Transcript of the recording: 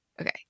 Okay